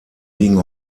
liegen